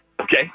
okay